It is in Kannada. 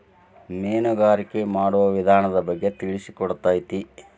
ಮೇನುಗಾರಿಕೆ ಮಾಡುವ ವಿಧಾನದ ಬಗ್ಗೆ ತಿಳಿಸಿಕೊಡತತಿ